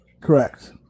Correct